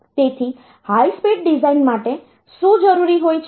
તેથી high speed design માટે શું જરૂરી હોય છે